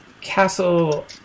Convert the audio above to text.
Castle